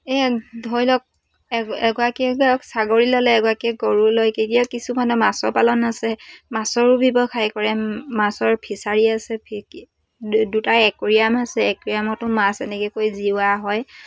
এই ধৰি লওক এগৰাকীয়ে ছাগলী ল'লে এগৰাকীয়ে গৰু লৈ কেতিয়া কিছুমানে মাছৰ পালন আছে মাছৰো ব্যৱসায় কৰে মাছৰ ফিছাৰী আছে দুটা একোৰিয়াম আছে একোৰিয়ামতো মাছ এনেকৈ কৰি জিৰোৱা হয়